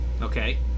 Okay